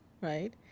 right